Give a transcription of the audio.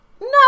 No